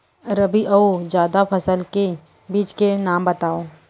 रबि अऊ जादा फसल के बीज के नाम बताव?